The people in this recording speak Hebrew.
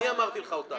אני אמרתי לך אותה.